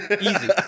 Easy